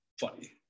funny